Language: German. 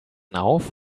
auf